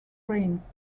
trains